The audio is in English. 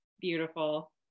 beautiful